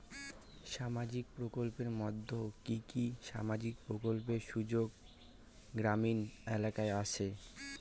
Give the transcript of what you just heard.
সামাজিক প্রকল্পের মধ্যে কি কি সামাজিক প্রকল্পের সুযোগ গ্রামীণ এলাকায় আসে?